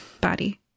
body